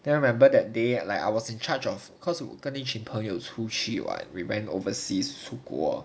then I remember that day like I was in charge of cause 我跟一群朋友出去 [what] we went overseas 出国